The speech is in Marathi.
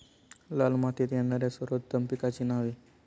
लाल मातीत येणाऱ्या सर्वोत्तम पिकांची नावे?